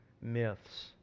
myths